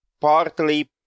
partly